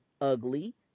ugly